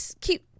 keep